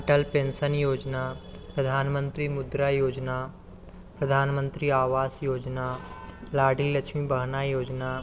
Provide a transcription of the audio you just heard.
अटल pension योजना प्रधानमंत्री मुद्रा योजना प्रधानमंत्री आवास योजना लाडली लक्ष्मी बहन योजना